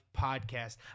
podcast